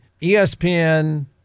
ESPN